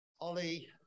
Ollie